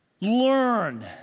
learn